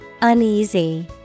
Uneasy